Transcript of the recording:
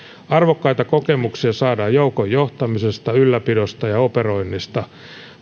arvokkaita kokemuksia saadaan joukon johtamisesta ylläpidosta ja operoinnista